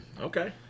Okay